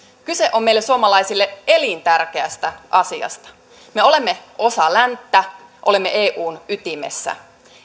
kyse on meille suomalaisille elintärkeästä asiasta me olemme osa länttä olemme eun ytimessä